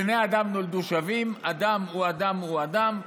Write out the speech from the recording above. בני האדם נולדו שווים, אדם הוא אדם הוא אדם.